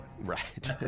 Right